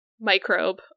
microbe